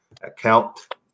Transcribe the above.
account